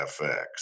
FX